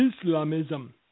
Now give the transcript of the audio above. Islamism